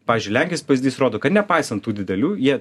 pavyzdžiui lenkijos pavyzdys rodo kad nepaisant tų didelių jie